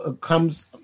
comes